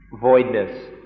voidness